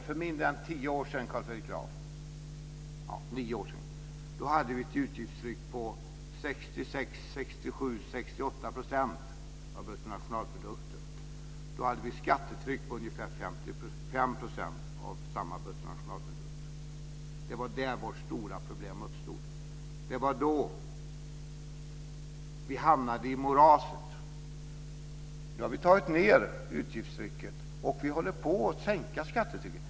Fru talman! För nio år sedan hade vi ett utgiftstryck på omkring 68 % av bruttonationalprodukten. Vi hade ett skattetryck på ungefär 55 % av samma bruttonationalprodukt. Det var då vårt stora problem uppstod. Det var då vi hamnade i moraset. Nu har vi tagit ned utgiftstrycket. Vi håller på att sänka skattetrycket.